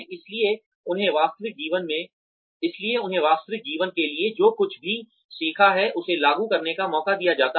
इसलिए उन्हें वास्तविक जीवन के लिए जो कुछ भी सीखा है उसे लागू करने का मौका दिया जाता है